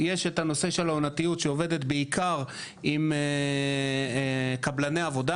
יש הנושא של העונתיות שעובדת בעיקר עם קבלני עבודה,